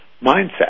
mindset